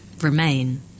remain